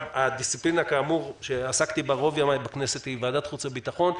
הדיסציפלינה שעסקתי בה רוב ימיי בכנסת היא ועדת חוץ וביטחון,